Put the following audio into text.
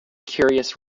curious